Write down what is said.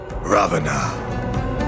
Ravana